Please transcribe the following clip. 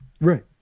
Right